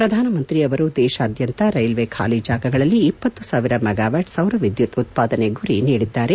ಪ್ರಧಾನಮಂತ್ರಿ ಅವರು ದೇಶಾದ್ಯಂತ ರೈಲ್ವೆ ಖಾಲ ಜಾಗಗಳಲ್ಲಿ ಇಪ್ಪತ್ತು ಸಾವಿರ ಮೆಗಾವ್ಯಾಟ್ ಸೌರವಿದ್ಯುತ್ ಉತ್ಪಾದನೆ ಗುರಿ ನೀಡಿದ್ದಾರೆ